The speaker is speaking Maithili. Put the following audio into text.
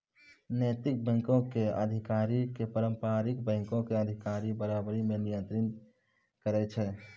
नैतिक बैंको के अधिकारी के पारंपरिक बैंको के अधिकारी बराबरी मे नियंत्रित करै छै